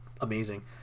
amazing